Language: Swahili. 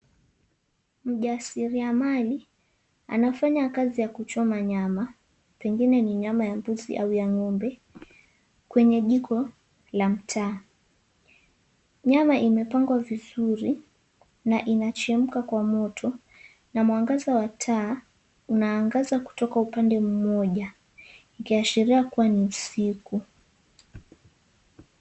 Mjasiliamali anafanya kazi ya kuchoma nyama pengine ni nyama ya mbuzi au ya ng'ombe kwenye jiko la mtaa. Nyama imepangwa vizuri na inachemka kwa moto na mwangaza wa taa unaangaza kutoka upande mmoja ikiashiria kuwa ni usiku.